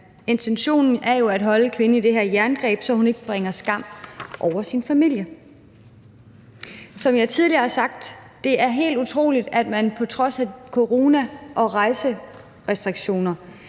Intentionen er jo at holde kvinden i det her jerngreb, så hun ikke bringer skam over sin familie. Som jeg tidligere har sagt: Det er helt utroligt, at man på trods af corona og rejserestriktioner